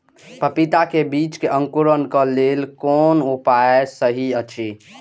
पपीता के बीज के अंकुरन क लेल कोन उपाय सहि अछि?